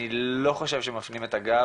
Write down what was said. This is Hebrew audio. אני לא חושב שמפנים את הגב,